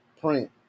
print